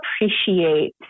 appreciate